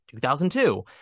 2002